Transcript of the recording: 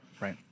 right